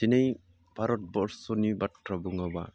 दिनै भारतबर्सनि बाथ्रा बुङोबा